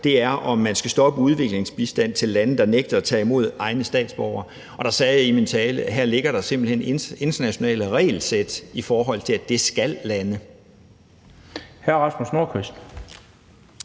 her, er, om man skal stoppe udviklingsbistanden til lande, der nægter at tage imod egne statsborgere, og der sagde jeg i min tale, at der her simpelt hen ligger internationale regelsæt, i forhold til at det skal landene.